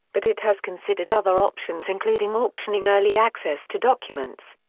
but it has considered other options including auctioning early access to documents.